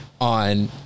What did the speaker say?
on